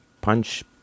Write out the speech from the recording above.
punch